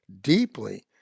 deeply